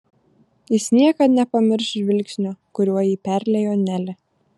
jis niekad nepamirš žvilgsnio kuriuo jį perliejo nelė